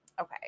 Okay